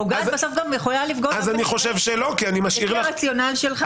לפגוע בסוף גם --- זה לא רציונל שלך.